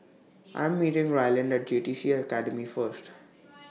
I Am meeting Ryland At J T C Academy First